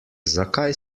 zakaj